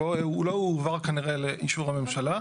הוא לא הועבר כנראה לאישור הממשלה.